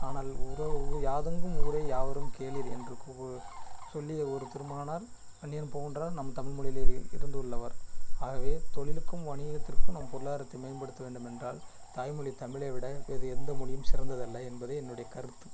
ஆனால் உறவு யாதெங்கும் ஊரே யாவரும் கேளிர் என்று கூ சொல்லிய ஒரு திருமகனார் கனியன்பூங்குன்றனார் நம் தமிழ் மொழிலயே இ இருந்து உள்ளவர் ஆகவே தொழிலுக்கும் வணிகத்திற்கு நம் பொருளாதாரத்தை மேம்படுத்த வேண்டுமென்றால் தாய்மொழி தமிழை விட வேற எந்த மொழியும் சிறந்ததல்ல என்பதே என்னுடைய கருத்து